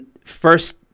First